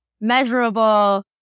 measurable